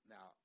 Now